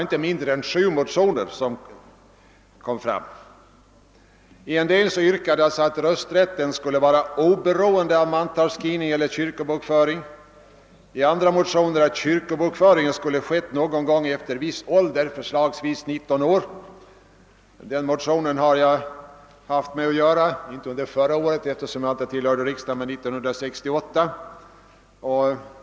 I en del av dessa yrkades att rösträtten skulle vara oberoende av mantalsskrivning eller kyrkobokföring, i andra motioner att kyrkobokföringen skulle ha skett någon gång efter viss ålder, förslagsvis 19 år. Den motionen har jag haft del i, inte förra året eftersom jag då inte tillhörde riksdagen, men 1968.